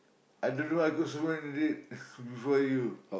I don't know I go so many date before you